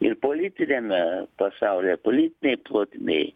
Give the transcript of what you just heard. ir politiniame pasaulyje politinėj plotmėj